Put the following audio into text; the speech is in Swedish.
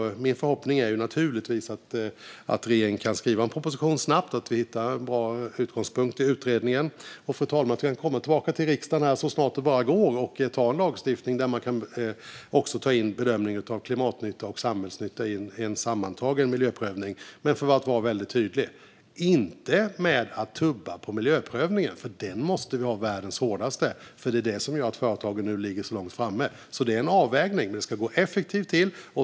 Min förhoppning är naturligtvis att regeringen kan skriva en proposition snabbt och att vi hittar en bra utgångspunkt i utredningen så att vi kan komma tillbaka till riksdagen så snart det bara går och anta lagstiftning där man kan ta in bedömning av klimatnytta och samhällsnytta i en sammantagen miljöprövning - men, för att vara väldigt tydlig, inte tumma på miljöprövningen. Den måste vara världens hårdaste, för det är det som gör att företagen nu ligger så långt framme. Det är en avvägning. Det ska gå effektivt till.